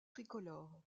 tricolores